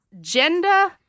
gender